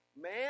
man